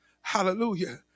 Hallelujah